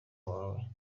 wawe